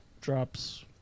drops